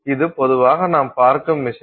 இது பொதுவாக நாம் பார்க்கும் விஷயம்